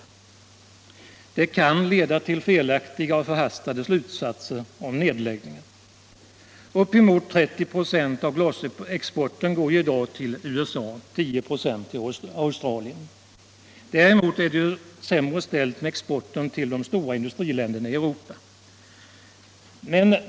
— stödja den manuel Det kan leda till felaktiga och förhastade slutsatser om nedläggningar. la glasindustrin Uppemot 30 26 av glasexporten går i dag till USA och 10 96 till Australien. Däremot är det sämre ställt med exporten till de stora industriländerna i Europa.